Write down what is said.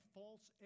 false